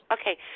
Okay